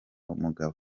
umugabo